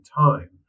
time